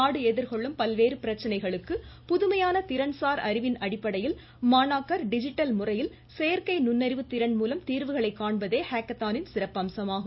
நாடு எதிர்கொள்ளும் பல்வேறு பிரச்சனைகளுக்கு புதுமையான திறன்சார் அறிவின் அடிப்படையில் மாணாக்கர் டிஜிட்டல் முறையில் செயற்கை நுண்ணறிவு திறன் மூலம் தீர்வுகளைக் காண்பதே ஹேக்கத்தானின் சிறப்பம்சமாகும்